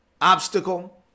obstacle